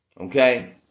Okay